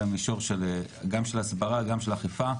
גם במישור של הסברה וגם של אכיפה,